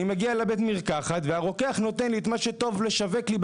אני מגיע לבית המרקחת והרוקח נותן לי את מה שטוב לשווק לי,